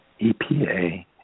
EPA